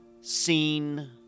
seen